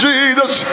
Jesus